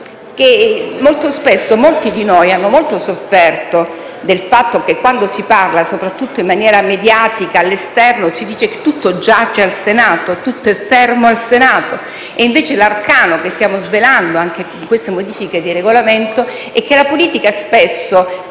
Molto spesso, molti di noi hanno sofferto fortemente del fatto che, quando si parla soprattutto in maniera mediatica, all'esterno, si dice che tutto giace al Senato, tutto è fermo al Senato. Al contrario, l'arcano che stiamo svelando anche in queste modifiche di Regolamento è che la politica spesso